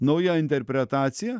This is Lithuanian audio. nauja interpretacija